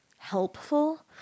helpful